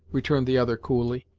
returned the other, coolly.